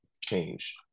change